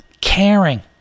caring